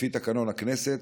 לפי תקנון הכנסת,